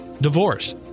divorce